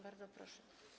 Bardzo proszę.